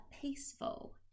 peaceful